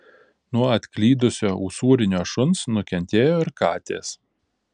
nuo atklydusio usūrinio šuns nukentėjo ir katės